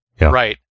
Right